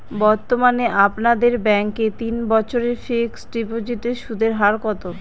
বর্তমানে আপনাদের ব্যাঙ্কে তিন বছরের ফিক্সট ডিপোজিটের সুদের হার কত?